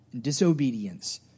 disobedience